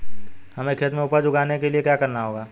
हमें खेत में उपज उगाने के लिये क्या करना होगा?